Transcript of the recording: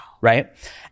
right